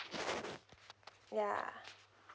ya